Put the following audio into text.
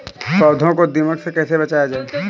पौधों को दीमक से कैसे बचाया जाय?